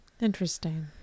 Interesting